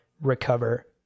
recover